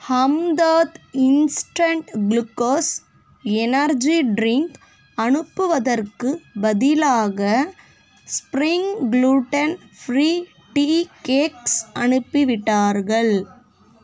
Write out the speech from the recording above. Hamdard instant glucose energy drink அனுப்புவதற்குப் பதிலாக spring gluten free tea cakes அனுப்பிவிட்டார்கள்